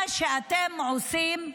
מה שאתם עושים,